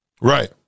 Right